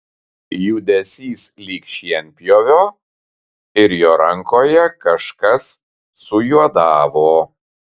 judesys lyg šienpjovio ir jo rankoje kažkas sujuodavo